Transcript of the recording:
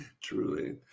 Truly